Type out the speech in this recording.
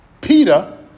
Peter